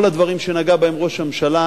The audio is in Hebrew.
כל הדברים שנגע בהם ראש הממשלה,